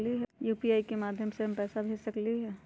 UPI के माध्यम से हम पैसा भेज सकलियै ह?